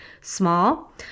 small